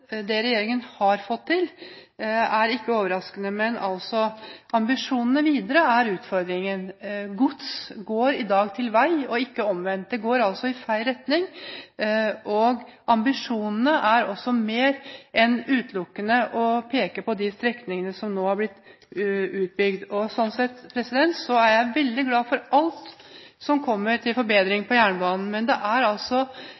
det regjeringen har fått til, er ikke overraskende, men ambisjonene videre er utfordringen. Gods går i dag mer på vei – og ikke omvendt. Det går altså i feil retning. Ambisjonene må være mer enn utelukkende å peke på de strekningene som nå har blitt utbygd. Sånn sett er jeg veldig glad for alt som